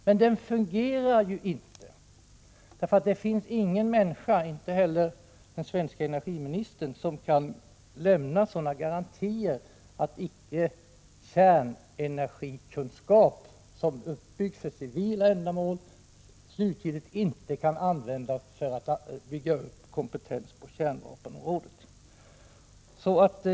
Men IAEA-kontrollen fungerar ju inte! Det finns ingen människa — inte ens den svenska energiministern — som kan lämna sådana garantier att kärnenergikunskap som uppbyggts för civila ändamål slutgiltigt icke kan användas för att bygga upp kompetens på kärnvapenområdet.